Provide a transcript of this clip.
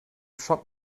schock